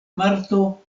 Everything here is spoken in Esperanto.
marto